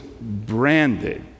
branded